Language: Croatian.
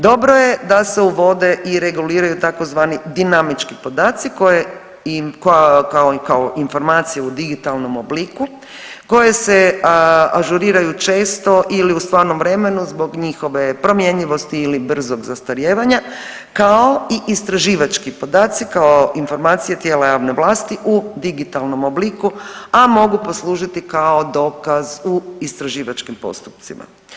Dobro je da se uvode i reguliraju tzv. dinamički podaci koje kao informacije u digitalnom obliku koje se ažuriraju često ili u stvarnom vremenu zbog njihove promjenjivosti ili brzog zastarijevanja kao i istraživački podaci kao informacije tijela javne vlasi u digitalnom obliku, a mogu poslužiti kao dokaz u istraživačkim postupcima.